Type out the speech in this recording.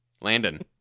Landon